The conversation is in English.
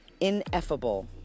ineffable